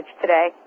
today